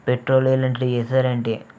petrol ఇలాంట్లివి వేసారంటే